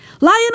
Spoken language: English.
Lion